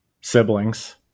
siblings